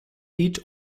eat